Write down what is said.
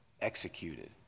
executed